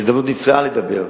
זו הזדמנות נפלאה לדבר,